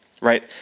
right